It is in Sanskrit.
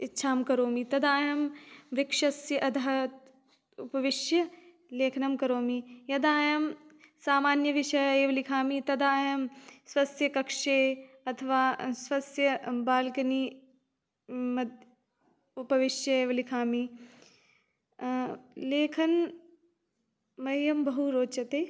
इच्छां करोमि तदा एहं वृक्षस्य अधः उपविश्य लेखनं करोमि यदा अयं सामान्यविषय एव लिखामि तदा अयं स्वस्य कक्षे अथवा स्वस्य बाल्कनी मद् उपविश्येव लिखामि लेखन् मह्यं बहु रोचते